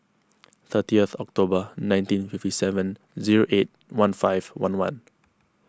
thirtieth October nineteen fifty seven zero eight one five one one